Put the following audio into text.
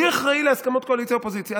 מי אחראי להסכמות קואליציה-אופוזיציה?